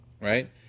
right